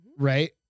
Right